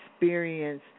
experience